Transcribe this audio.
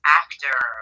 actor